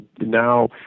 now